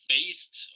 based